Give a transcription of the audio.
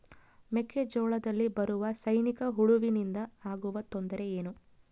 ಮೆಕ್ಕೆಜೋಳದಲ್ಲಿ ಬರುವ ಸೈನಿಕಹುಳುವಿನಿಂದ ಆಗುವ ತೊಂದರೆ ಏನು?